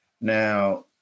now